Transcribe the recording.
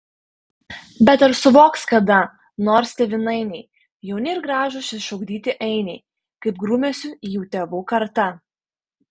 bet ar suvoks kada nors tėvynainiai jauni ir gražūs išugdyti ainiai kaip grūmėsi jų tėvų karta